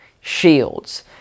Shields